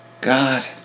God